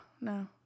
no